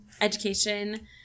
education